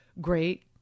great